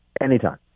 Anytime